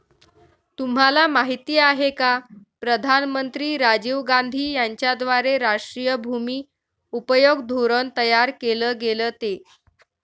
तुम्हाला माहिती आहे का प्रधानमंत्री राजीव गांधी यांच्याद्वारे राष्ट्रीय भूमि उपयोग धोरण तयार केल गेलं ते?